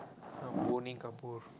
some